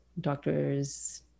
doctors